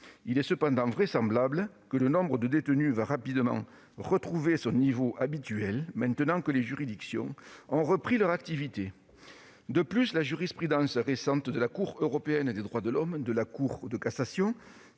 il est vraisemblable que le nombre de détenus va rapidement retrouver son niveau habituel, maintenant que les juridictions ont repris leur activité. De plus, la jurisprudence récente de la Cour européenne des droits de l'homme, de la Cour de cassation,